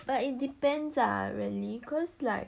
but it depends ah really cause like